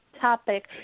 topic